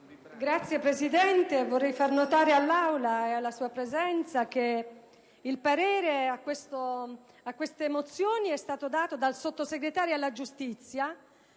Signora Presidente, vorrei far notare all'Aula e a lei che il parere su queste mozioni è stato dato dal Sottosegretario alla giustizia.